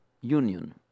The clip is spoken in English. union